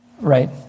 right